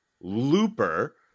Looper